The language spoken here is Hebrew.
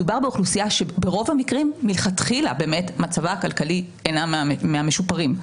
מדובר באוכלוסייה שברוב המקרים מלכתחילה מצבה הכלכלי אינו מהמשופרים.